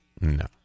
No